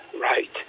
Right